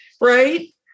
Right